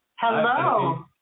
Hello